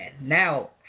now